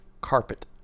carpet